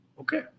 Okay